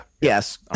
Yes